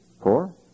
Four